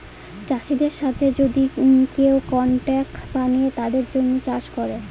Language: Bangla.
চাষীদের সাথে যদি কেউ কন্ট্রাক্ট বানিয়ে তাদের জমি চাষ করে